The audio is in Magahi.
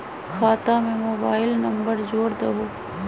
खाता में मोबाइल नंबर जोड़ दहु?